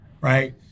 right